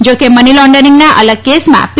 જો કે મની લોન્ડરીંગના અલગ કેસમાં પી